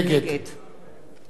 רוחמה אברהם-בלילא,